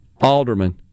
Alderman